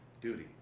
duty